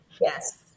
yes